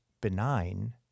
benign